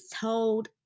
told